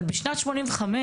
אבל בשנת 85'